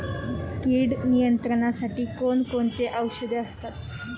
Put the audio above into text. कीड नियंत्रणासाठी कोण कोणती औषधे असतात?